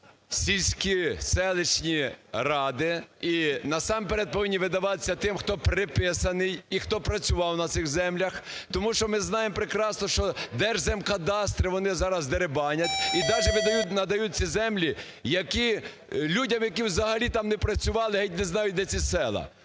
сільські, селищні ради і насамперед повинні видаватися тим, хто приписаний і хто працював на цих землях. Тому що ми знаємо прекрасно, що Держземкадастр вони зараз дерибанять і даже видають, надають ці землі людям, які взагалі там не працювали, геть не знають де ці села.